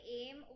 aim